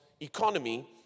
economy